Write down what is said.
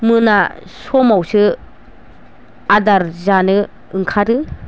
मोना समावसो आदार जानो ओंखारो